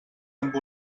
amb